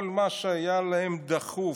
כל מה שהיה להם דחוף,